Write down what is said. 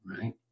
Right